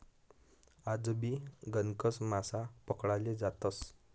आजबी गणकच मासा पकडाले जातस